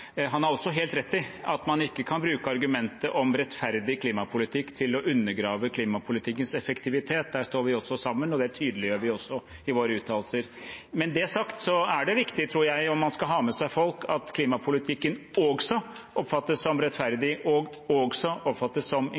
Han har også helt rett i at man ikke kan bruke argumentet om rettferdig klimapolitikk til å undergrave klimapolitikkens effektivitet. Der står vi også sammen, og det tydeliggjør vi også i våre uttalelser. Men det sagt er det viktig, tror jeg, om man skal ha med seg folk, at klimapolitikken oppfattes som rettferdig og også som